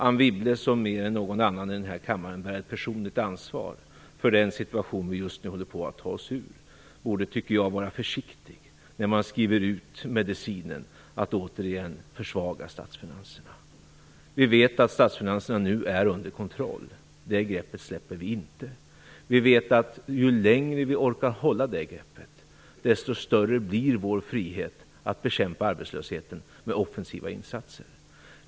Anne Wibble som mer än någon annan i denna kammare bär ett personligt ansvar för den situation vi just nu håller på att ta oss ur borde, tycker jag, vara försiktig när hon skriver ut medicinen att återigen försvaga statsfinanserna. Vi vet att statsfinanserna nu är under kontroll. Det greppet släpper vi inte. Ju längre vi orkar hålla det greppet, desto större blir vår frihet att bekämpa arbetslösheten med offensiva insatser.